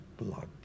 blood